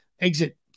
exit